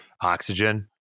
oxygen